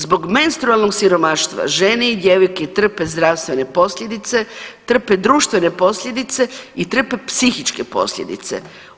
Zbog menstrualnog siromaštva žene i djevojke trpe zdravstvene posljedice, trpe društvene posljedice i trpe psihičke posljedice.